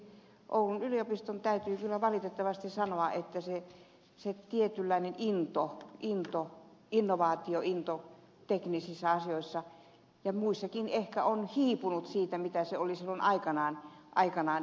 esimerkiksi oulun yliopistosta täytyy kyllä valitettavasti sanoa että tietynlainen innovaatiointo teknisissä asioissa ja ehkä muissakin on hiipunut siitä mitä se oli silloin aikanaan